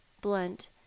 blunt